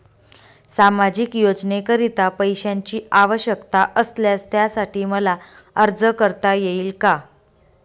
सामाजिक योजनेकरीता पैशांची आवश्यकता असल्यास त्यासाठी मला अर्ज करता येईल का?